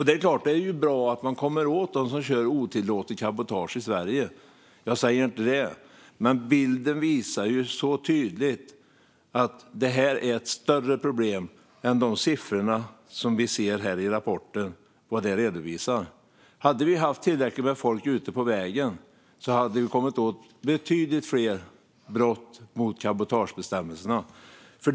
Det är klart att det är bra att man kommer åt dem som kör otillåtet cabotage i Sverige. Jag säger inte emot det. Men bilden visar så tydligt att det här är ett större problem än vad siffrorna i rapporten redovisar. Hade vi haft tillräckligt med folk ute på vägen hade vi kommit åt betydligt fler brott mot cabotagebestämmelserna.